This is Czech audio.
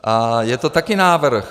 A je to také návrh.